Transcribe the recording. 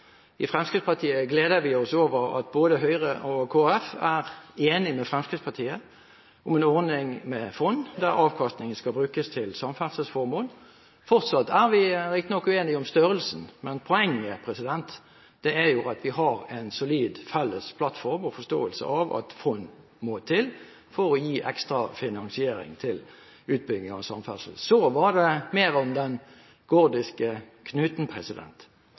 I Fremskrittspartiet gleder vi oss over at både Høyre og Kristelig Folkeparti er enige med Fremskrittspartiet om en ordning med fond, der avkastningen skal brukes til samferdselsformål. Fortsatt er vi riktignok uenige om størrelsen. Poenget er at vi har en solid felles plattform og forståelse av at fond må til for å gi ekstra finansiering til utbygging av samferdsel. Så var det mer om den gordiske knuten.